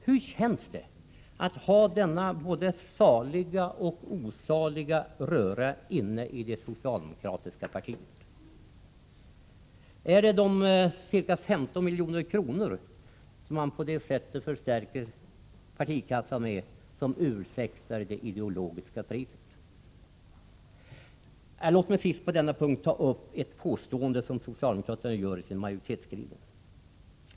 Hur känns det att ha denna både saliga och osaliga röra inne i det socialdemokratiska partiet? Är det de ca 15 milj.kr. som man på det sättet förstärker partikassan med som ursäktar det ideologiska priset? Låt mig vidare i detta sammanhang ta upp ett påstående, som återfinns i den socialdemokratiska majoritetsskrivningen.